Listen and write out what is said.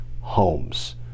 homes